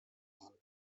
herrn